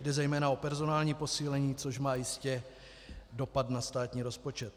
Jde zejména o personální posílení, což má jistě dopad na státní rozpočet.